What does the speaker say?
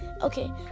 Okay